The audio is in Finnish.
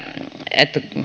että